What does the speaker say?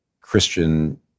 Christian